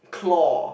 claw